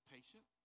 Patient